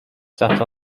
sat